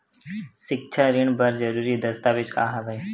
सिक्छा ऋण बर जरूरी दस्तावेज का हवय?